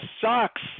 sucks